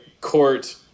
court